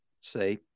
say